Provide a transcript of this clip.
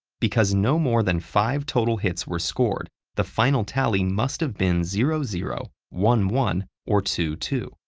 because no more than five total hits were scored, the final tally must've been zero zero, one one, or two two.